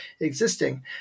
existing